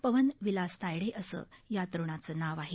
पवन विलास तायडे असं मयत तरुणाचं नाव आहे